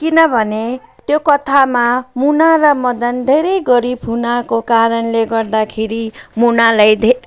किनभने त्यो कथामा मुना र मदन धेरै गरिब हुनाको कारणले गर्दाखेरि मुनालाई धे